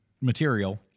material